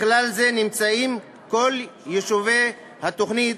בכלל זה נמצאים כל יישובי התוכנית,